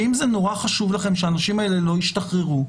שאם נורא חשוב לכם שהאנשים האלה לא ישתחררו,